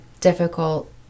difficult